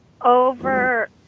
over